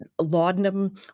laudanum